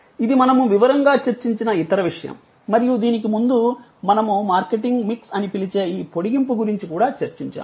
ఇది మనము వివరంగా చర్చించిన ఇతర విషయం మరియు దీనికి ముందు మనము మార్కెటింగ్ మిక్స్ అని పిలిచే ఈ పొడిగింపు గురించి కూడా చర్చించాము